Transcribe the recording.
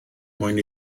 mwyn